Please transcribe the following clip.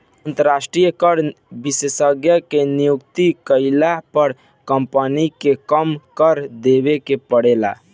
अंतरास्ट्रीय कर विशेषज्ञ के नियुक्ति कईला पर कम्पनी के कम कर देवे के परेला